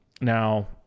Now